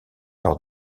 lors